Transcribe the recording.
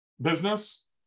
business